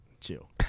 Chill